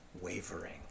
wavering